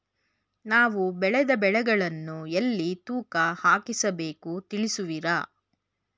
ನಾವು ಬೆಳೆದ ಬೆಳೆಗಳನ್ನು ಎಲ್ಲಿ ತೂಕ ಹಾಕಿಸಬೇಕು ತಿಳಿಸುವಿರಾ?